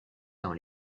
dans